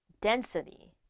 density